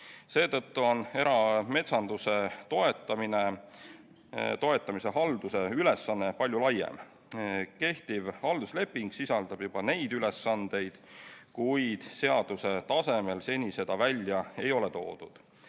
Seetõttu on erametsanduse toetamise halduse ülesanne palju laiem. Kehtiv haldusleping sisaldab juba neid ülesandeid, kuid seaduse tasemel seni seda välja ei ole toodud.